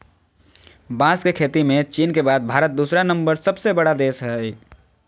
बांस के खेती में चीन के बाद भारत दूसरा सबसे बड़ा देश हइ